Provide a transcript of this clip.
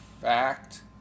fact